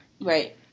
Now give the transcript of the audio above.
Right